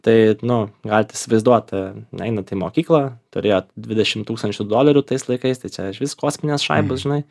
tai nu galit įsivaizduot a einat į mokyklą turėjot dvidešim tūkstančių dolerių tais laikais tai čia išvis kosminės šaibos žinai